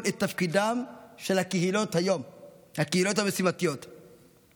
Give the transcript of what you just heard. את תפקידן של הקהילות המשימתיות היום.